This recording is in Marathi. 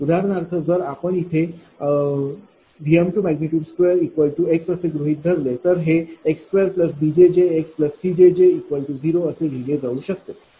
उदाहरणार्थ जर आपण इथे Vm22x असे गृहीत धरले तर हे x2bjjxcjj0 असे लिहिले जाऊ शकते